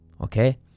okay